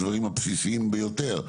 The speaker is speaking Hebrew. הדברים הבסיסיים ביותר,